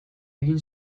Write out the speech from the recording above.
egin